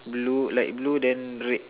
blue light blue then red